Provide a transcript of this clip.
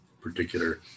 particular